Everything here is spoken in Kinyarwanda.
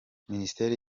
ministere